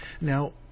Now